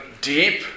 deep